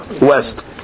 west